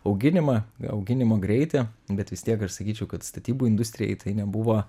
auginimą auginimo greitį bet vis tiek aš sakyčiau kad statybų industrijai tai nebuvo